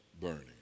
burning